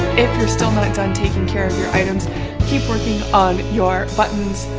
if you're still not done taking care of your items keep working on your buttons,